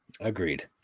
Agreed